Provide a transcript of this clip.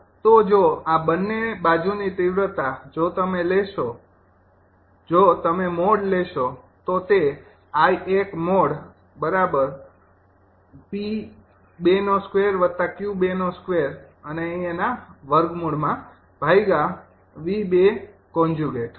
તો જો આ બંને બાજુની તીવ્રતા જો તમે લેશો જો તમે મોડ લેશો તો તે હશે